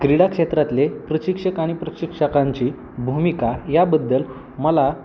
क्रीडा क्षेत्रातले प्रशिक्षक आणि प्रशिक्षकांची भूमिका याबद्दल मला